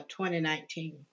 2019